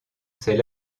c’est